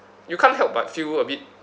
you can't help but feel a bit